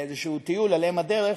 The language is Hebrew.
לאיזשהו טיול על אם הדרך,